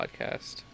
podcast